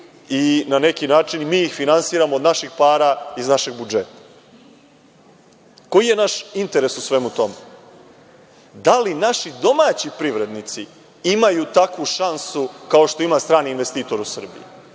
i na neki način mi ih finansiramo od naših para iz našeg budžeta. Koji je naš interes u svemu tome? Da li naši domaći privrednici imaju takvu šansu kao što ima strani investitor u Srbiji?